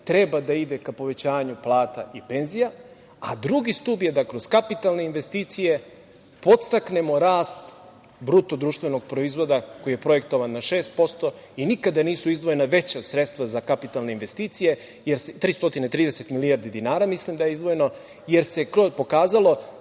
treba da ide ka povećanju plata i penzija, a drugi stub je da kroz kapitalne investicije podstaknemo rast BDP-a koji je projektovan na 6% i nikada nisu izdvojena veća sredstva za kapitalne investicije, 330 milijardi dinara mislim da je izdvojeno, jer se pokazalo